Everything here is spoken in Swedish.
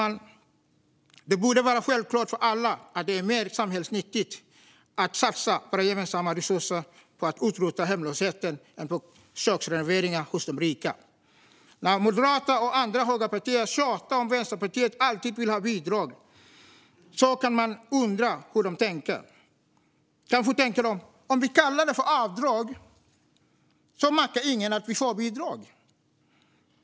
Det borde vara självklart för alla, fru talman, att det är mer samhällsnyttigt att satsa våra gemensamma resurser på att utrota hemlösheten än på köksrenoveringar hos de rika. När moderater och andra högerpartier tjatar om att Vänsterpartiet alltid vill ha bidrag kan man undra hur de tänker. Kanske tänker de: "Om vi kallar det för avdrag märker ingen att vi får bidrag."